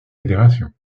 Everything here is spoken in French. fédération